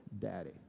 daddy